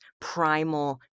primal